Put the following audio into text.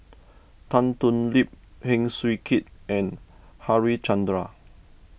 Tan Thoon Lip Heng Swee Keat and Harichandra